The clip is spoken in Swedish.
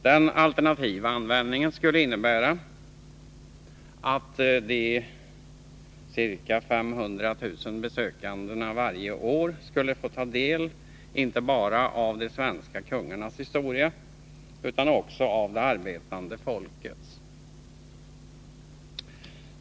Den alternativa användningen skulle innebära att de ca 500 000 besökarna varje år skulle kunna få ta del inte bara av de svenska kungarnas historia, utan också av det arbetande folkets.